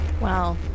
Wow